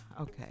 okay